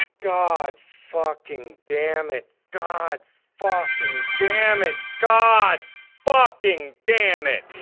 god fucking damn it god fucking damn it god fucking damn it